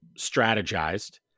strategized